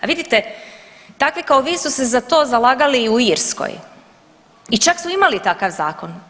A vidite takvi kao vi su se za to zalagali i u Irskoj i čak su imali takav zakon.